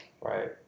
right